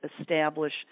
establish